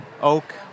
oak